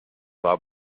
war